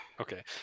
Okay